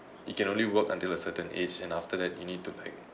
you can only work until a certain age and after that you need to like